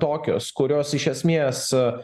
tokios kurios iš esmės